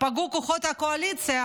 פגעו כוחות הקואליציה,